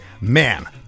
man